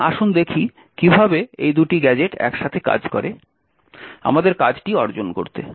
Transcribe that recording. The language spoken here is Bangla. সুতরাং আসুন দেখি কিভাবে এই দুটি গ্যাজেট একসাথে কাজ করে আমাদের কাজটি অর্জন করতে